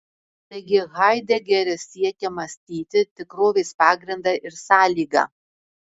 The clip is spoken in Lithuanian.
taigi haidegeris siekia mąstyti tikrovės pagrindą ir sąlygą